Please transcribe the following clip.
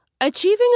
Achieving